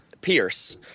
Pierce